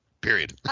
period